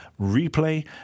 replay